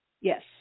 Yes